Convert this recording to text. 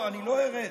אתה לא צנזור.